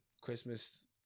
Christmas